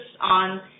on